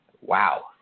wow